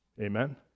amen